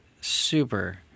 super